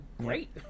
great